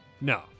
No